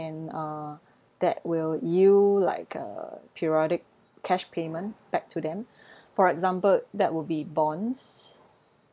and uh that will yield like a periodic cash payment back to them for example that will be bonds